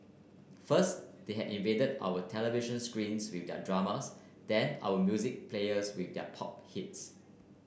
first they had invaded our television screens with their dramas then our music players with their pop hits